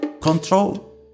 control